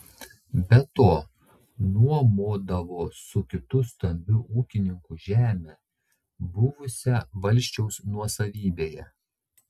be to nuomodavo su kitu stambiu ūkininku žemę buvusią valsčiaus nuosavybėje